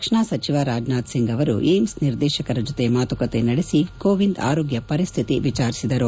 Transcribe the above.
ರಕ್ಷಣಾ ಸಚಿವ ರಾಜನಾಥ್ ಸಿಂಗ್ ಅವರು ಎಐಐಎಂಎಸ್ ನಿರ್ದೇಶಕರ ಜೊತೆ ಮಾತುಕತೆ ನಡೆಸಿ ಕೋವಿಂದ್ ಆರೋಗ್ಣ ಪರಿಸ್ಟಿತಿ ವಿಚಾರಿಸಿದರು